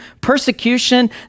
persecution